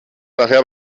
nachher